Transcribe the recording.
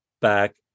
back